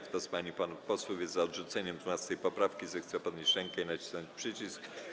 Kto z pań i panów posłów jest za odrzuceniem 12. poprawki, zechce podnieść rękę i nacisnąć przycisk.